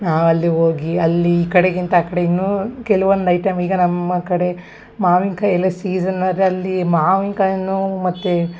ನಾವು ಅಲ್ಲಿಗೆ ಹೋಗಿ ಅಲ್ಲಿ ಈ ಕಡೆಗಿಂತ ಆ ಕಡೆ ಇನ್ನೂ ಕೆಲವೊಂದು ಐಟಮ್ ಈಗ ನಮ್ಮ ಕಡೆ ಮಾವಿನ್ಕಾಯಿ ಎಲ್ಲ ಸೀಸನ್ ಅದು ಅಲ್ಲಿ ಮಾವಿನ್ಕಾಯನ್ನು ಮತ್ತು